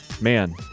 Man